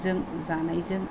जों जानायजों